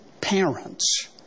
parents